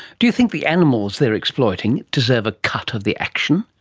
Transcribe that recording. do you think the animals they are exploiting deserve a cut of the action?